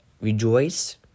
Rejoice